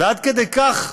ועד כדי כך,